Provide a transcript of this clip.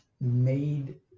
made